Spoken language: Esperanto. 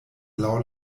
laŭ